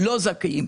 לא זכאים,